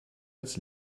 als